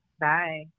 Bye